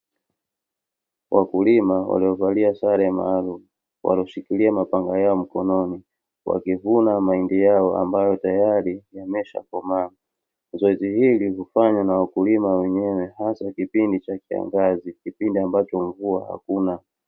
Wakulima waliovalia sare maalumu, walioshikilia mapanga yao mkononi, wakivuna mahindi yao, ambayo tayari yameshakomaa. Zoezi hili hufanywa na wakulima wenyewe, hasa kipindi cha kiangazi, kipindi ambacho mvua hakuna.